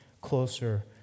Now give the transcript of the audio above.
closer